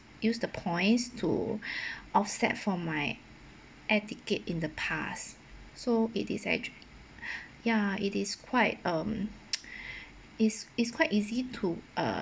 use the points to offset for my air ticket in the past so it is actu~ ya it is quite um is is quite easy to uh